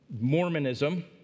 Mormonism